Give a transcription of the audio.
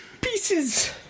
pieces